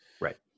Right